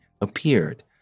appeared